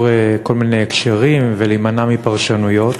כל מיני הקשרים ולהימנע מפרשנויות,